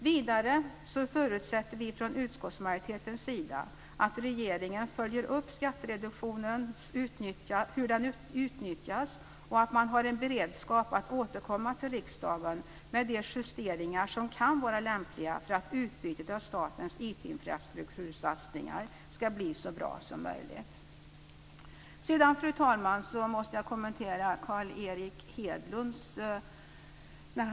Vidare förutsätter vi från utskottsmajoritetens sida att regeringen följer upp hur skattereduktionen utnyttjas och att man har en beredskap för att återkomma till riksdagen med de justeringar som kan vara lämpliga för att utbytet av statens IT-infrastruktursatsningar ska bli så bra som möjligt. Sedan, fru talman, måste jag kommentera det som Carl Erik Hedlund sade.